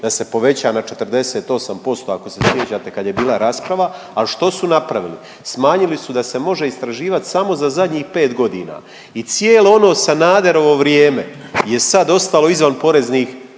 da se poveća na 48% ako se sjećate kad je bila rasprava. Al što su napravili? Smanjili su da se može istraživat samo za zadnjih 5 godina i cijelo ono Sanaderovo vrijeme je sad ostalo izvan poreznih